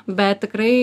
bet tikrai